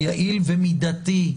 יעיל ומידתי.